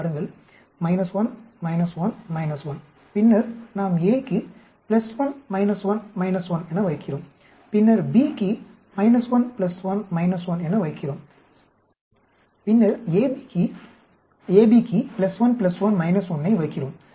பாருங்கள் 1 1 1 பின்னர் நாம் a க்கு 1 1 1 என வைக்கிறோம் பின்னர் b க்கு 1 1 1 என வைக்கிறோம் பின்னர் AB க்கு 1 1 1 ஐ வைக்கிறோம்